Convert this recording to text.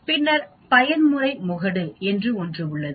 பின்னர் பயன்முறை முகடு என்று ஒன்று உள்ளது